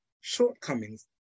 shortcomings